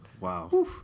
Wow